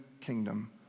kingdom